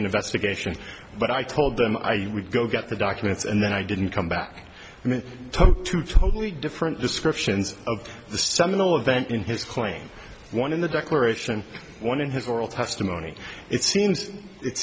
investigation but i told them i would go get the documents and then i didn't come back and it took two totally different descriptions of the seminal event in his claim one in the declaration one in his oral testimony it seems it